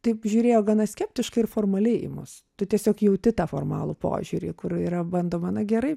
taip žiūrėjo gana skeptiškai ir formaliai į mus tu tiesiog jauti tą formalų požiūrį kur yra bandoma na gerai